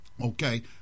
Okay